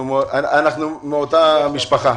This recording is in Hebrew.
אנחנו מאותה משפחה.